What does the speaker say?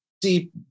Deep